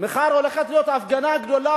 מחר הולכת להיות הפגנה גדולה,